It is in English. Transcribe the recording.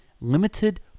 Limited